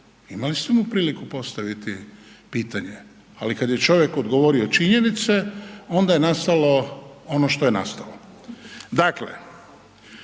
Imali ste mu priliku postaviti mu pitanje, ali kad je čovjek odgovorio činjenice onda je nastalo ono što je nastalo.